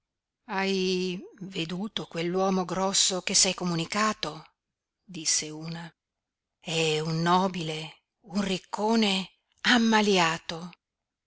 hai veduto quell'uomo grosso che s'è comunicato disse una è un nobile un riccone ammaliato